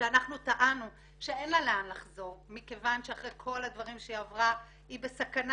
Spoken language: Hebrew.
וכשאנחנו טענו שאין לה לאן לחזור כי אחרי כל הדברים שהיא עברה היא בסכנה